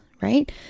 right